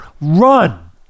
run